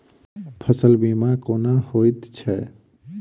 फसल बीमा कोना होइत छै?